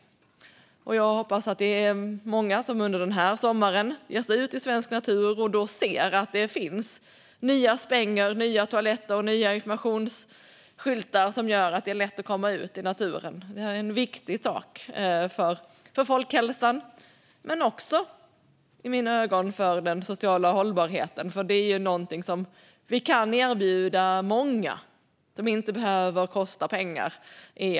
Jag hoppas att det är många som under den här sommaren ger sig ut i svensk natur och då ser att det finns nya spänger, nya toaletter och nya informationsskyltar som gör att det är lätt att komma ut i naturen. Det är en viktig sak för folkhälsan, men också, i mina ögon, för den sociala hållbarheten. Det är någonting som vi kan erbjuda många.